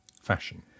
fashion